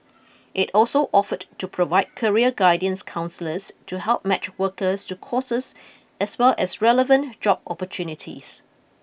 it also offered to provide career counsellors to help match workers to courses as well as relevant job opportunities